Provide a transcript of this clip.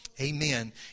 amen